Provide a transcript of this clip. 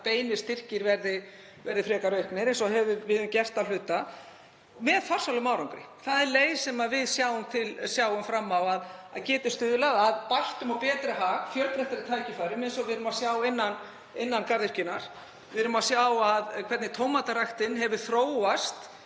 að beinir styrkir verði frekar auknir, eins og við höfum gert að hluta með farsælum árangri. Það er leið sem við sjáum fram á að geti stuðlað að bættum og betri hag, fjölbreyttari tækifærum, eins og við sjáum innan garðyrkjunnar. Við sjáum hvernig tómataræktun hefur þróast,